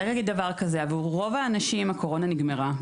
עבור רוב האנשים הקורונה נגמרה,